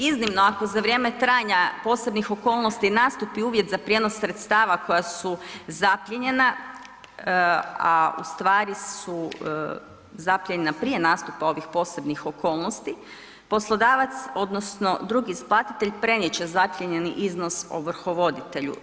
Iznimno, ako za vrijeme trajanja posebnih okolnosti nastupi uvjet za prijenos sredstava koja su zaplijenjena, a ustvari su zaplijenjena prije nastupa ovih posebnih okolnosti, poslodavac, odnosno drugi isplatitelj prenijet će zaplijenjeni iznos ovrhovoditelju.